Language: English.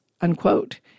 unquote